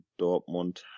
Dortmund